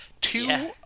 two